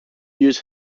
use